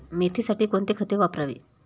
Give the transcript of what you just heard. मेथीसाठी कोणती खते वापरावी?